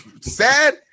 Sad